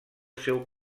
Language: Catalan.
seu